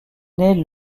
naît